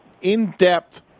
in-depth